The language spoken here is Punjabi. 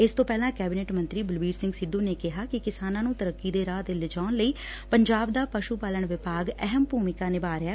ਇਸ ਤੋਂ ਪਹਿਲਾਂ ਕੈਬਨਿਟ ਮੰਤਰੀ ਬਲਬੀਰ ਸਿੰਘ ਸਿੱਧੁ ਨੇ ਕਿਹਾ ਕਿ ਕਿਸਾਨਾਂ ਨੂੰ ਤਰੱਕੀ ਦੇ ਰਾਹ ਤੇ ਲਿਜਾਉਣ ਲਈ ਪੰਜਾਬ ਦਾ ਪਸ਼ੁ ਪਾਲਣ ਵਿਭਾਗ ਅਹਿਮ ਭੁਮਿਕਾ ਨਿਭਾ ਰਿਹੈ